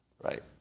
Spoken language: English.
Right